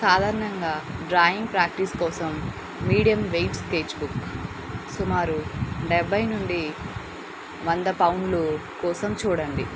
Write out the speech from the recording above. సాధారణంగా drawing practice కోసం medium weight sketch book సుమారు డెబ్భై నుండి వంద పౌండ్లు కోసం చూడండి